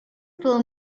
for